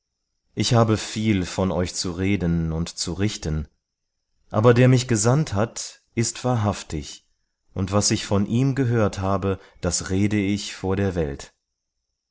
ich habe viel von euch zu reden und zu richten aber der mich gesandt hat ist wahrhaftig und was ich von ihm gehört habe das rede ich vor der welt